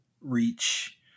reach